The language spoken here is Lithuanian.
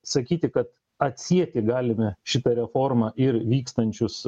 sakyti kad atsieti galime šitą reformą ir vykstančius